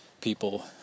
people